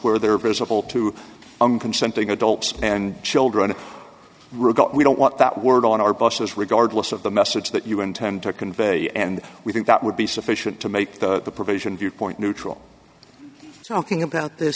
where they're visible to i'm consenting adults and children we don't want that word on our buses regardless of the message that you intend to convey and we think that would be sufficient to make the provision viewpoint neutral